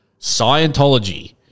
Scientology